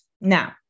now